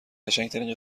قشنگترین